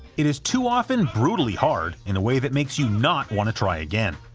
it is too often brutally hard in a way that makes you not want to try again.